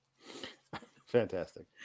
Fantastic